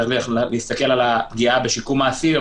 צריך גם להסתכל על הפגיעה בשיקום האסיר,